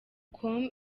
com